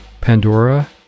Pandora